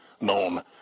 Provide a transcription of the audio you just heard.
known